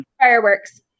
Fireworks